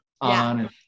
on